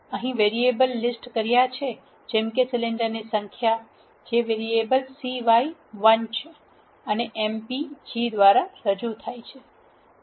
અહી variable list કર્યાછે જેમ કે સિલિન્ડરની સંખ્યા જે વેરીએબલ c y 1 અને m p g દ્વારા રજૂ થાય છે